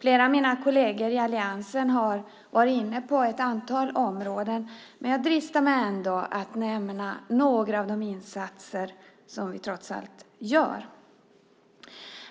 Flera av mina kolleger i alliansen har varit inne på ett antal områden, men jag dristar mig ändå till att nämna några av de insatser som vi trots allt gör.